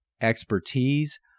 expertise